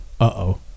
Uh-oh